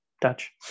Dutch